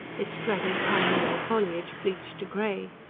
its scraggy, pine-needle foliage bleached to grey.